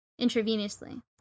intravenously